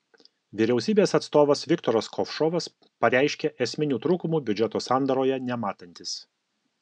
vyriausybės atstovas viktoras kovšovas pareiškė esminių trūkumų biudžeto sandaroje nematantis